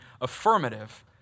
affirmative